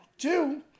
Two